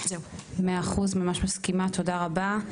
מאה אחוז ממש מסכימה, תודה רבה.